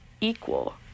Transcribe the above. equal